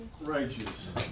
righteous